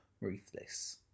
ruthless